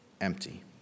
empty